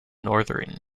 northern